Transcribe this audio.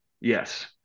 Yes